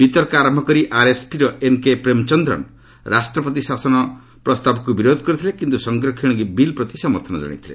ବିତର୍କ ଆରମ୍ଭ କରି ଆର୍ଏସ୍ପିର ଏନ୍କେ ପ୍ରେମଚନ୍ଦ୍ରନ୍ ରାଷ୍ଟ୍ରପତି ଶାସନ ପ୍ରସ୍ତାବକ୍ର ବିରୋଧ କରିଥିଲେ କିନ୍ତ୍ର ସଂରକ୍ଷଣ ବିଲ୍ ପ୍ରତି ସମର୍ଥନ ଜଣାଇଥିଲେ